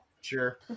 Sure